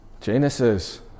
Genesis